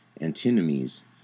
antinomies